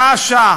שעה-שעה,